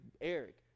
Eric